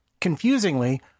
confusingly